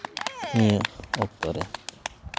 ᱱᱤᱭᱟᱹ ᱚᱠᱛᱚ ᱨᱮ